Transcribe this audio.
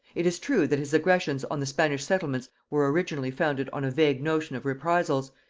it is true that his aggressions on the spanish settlements were originally founded on a vague notion of reprisals,